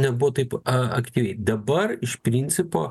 nebuvo taip a aktyviai dabar iš principo